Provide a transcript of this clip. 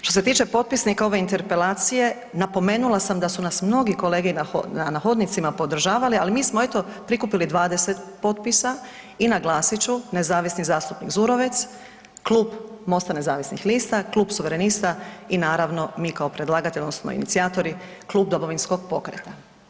Što se tiče potpisnika ove interpelacije napomenula sam da su nas mnogi kolege na hodnicima podržavali, ali mi smo eto prikupili 20 potpisa i naglasit ću, nezavisni zastupnik Zurovec, Klub MOST-a nezavisnih lista, Klub Suverenista i naravno mi kao predlagatelj odnosno inicijatori Klub Domovinskog pokreta.